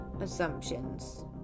assumptions